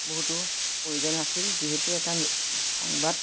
বহুতো প্ৰয়োজন আছিল যিহেতু এটা সংবাদ